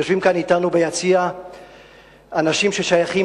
יושבים כאן אתנו ביציע אנשים ששייכים